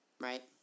Right